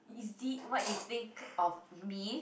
is it what you think of me